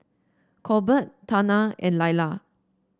Colbert Tana and Laila